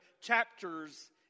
chapters